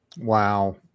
Wow